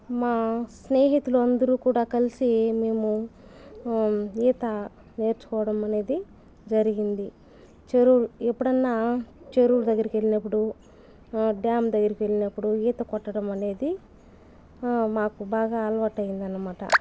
మా స్నేహితులు అందరూ కూడా కలిసి మేము ఈత నేర్చుకోవడం అనేది జరిగింది చెరువులు ఎప్పుడన్నా చెరువులు దగ్గరకు వెళ్ళినప్పుడు డ్యామ్ దగ్గరకు వెళ్ళినప్పుడు ఈత కొట్టడం అనేది మాకు బాగా అలవాటయిందనమాట